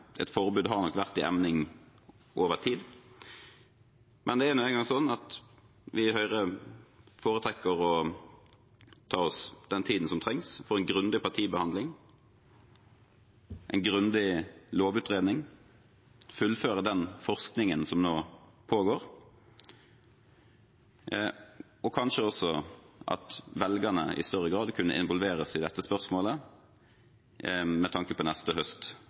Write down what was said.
et forbud har nok vært i emning over tid. Men det er nå en gang sånn at vi i Høyre foretrekker å ta oss den tiden som trengs for en grundig partibehandling, en grundig lovutredning, fullføre den forskningen som nå pågår, og kanskje også at velgerne i større grad kan involveres i dette spørsmålet med tanke på neste høst